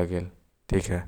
लगते।